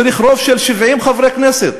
צריך רוב של 70 חברי כנסת.